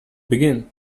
begin